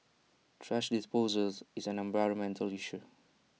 thrash disposals is an environmental issue